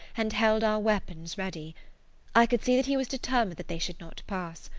and held our weapons ready i could see that he was determined that they should not pass.